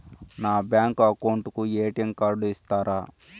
నా bank account కు ATM card ఇస్తారా